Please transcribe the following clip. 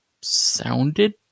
sounded